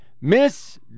Miss